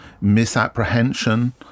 misapprehension